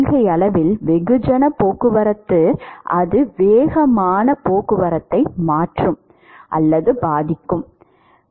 கொள்கையளவில் வெகுஜன போக்குவரத்து அது வேகமான போக்குவரத்தை மாற்றலாம் அல்லது பாதிக்கலாம்